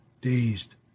dazed